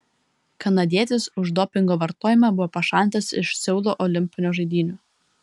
kanadietis už dopingo vartojimą buvo pašalintas iš seulo olimpinių žaidynių